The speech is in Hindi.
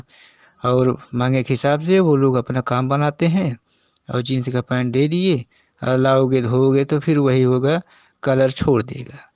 और महंगे एक हिसाब से वे लोग अपना काम बनाते हैं और जिन्स का पैंट दे दिए लाओगे धोओगे तो फिर वही होगा कलर छोड़ देगा